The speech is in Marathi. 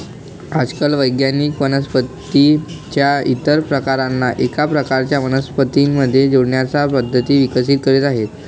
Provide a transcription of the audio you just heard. आजकाल वैज्ञानिक वनस्पतीं च्या इतर प्रकारांना एका प्रकारच्या वनस्पतीं मध्ये जोडण्याच्या पद्धती विकसित करीत आहेत